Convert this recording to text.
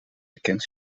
bekend